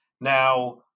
now